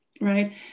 right